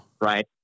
right